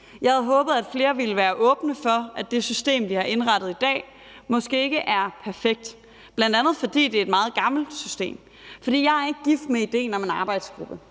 Jeg havde håbet, at flere ville være åbne for, at det system, vi har indrettet i dag, måske ikke er perfekt, og det er det bl.a. ikke, fordi det er et meget gammelt system. Jeg er ikke gift med idéen om en arbejdsgruppe.